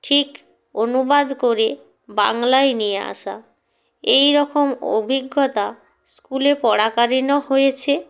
ঠিক অনুবাদ করে বাংলায় নিয়ে আসা এই রকম অভিজ্ঞতা স্কুলে পড়াকালীনও হয়েছে